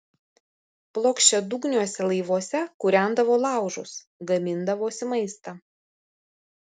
plokščiadugniuose laivuose kūrendavo laužus gamindavosi maistą